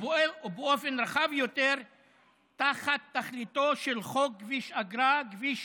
ובאופן רחב יותר תחת תכליתו של חוק כביש אגרה (כביש